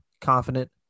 confident